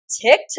TikTok